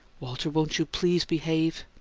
walter, won't you please behave?